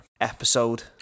episode